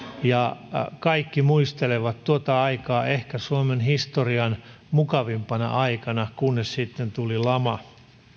ja kaikki muistelevat tuota aikaa ehkä suomen historian mukavimpana aikana kunnes sitten tuli lama